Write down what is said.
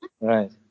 Right